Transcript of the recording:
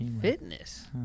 fitness